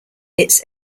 its